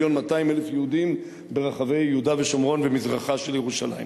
מיליון ברחבי יהודה ושומרון ומזרחה של ירושלים.